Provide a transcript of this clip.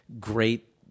great